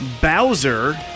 Bowser